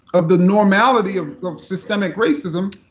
of the normality ah of systemic racism,